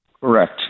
correct